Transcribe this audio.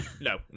No